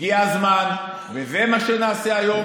הגיע הזמן, וזה מה שנעשה היום.